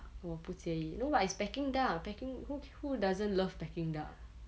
我不介意 no but it's peking duck peking who who doesn't love peking duck